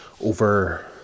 over